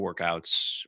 workouts